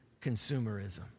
consumerism